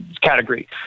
category